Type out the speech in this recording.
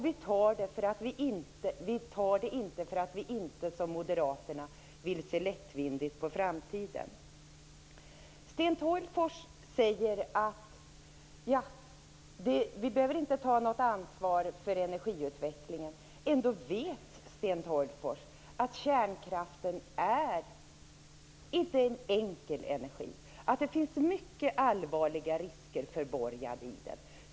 Vi fattar det inte därför att vi inte som Moderaterna vill se lättvindigt på framtiden. Sten Tolgfors säger att vi inte behöver ta något ansvar för energiutvecklingen. Ändå vet Sten Tolgfors att kärnkraften inte är något enkelt energislag. Det finns mycket allvarliga risker förborgade i den.